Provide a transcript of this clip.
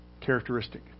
Characteristic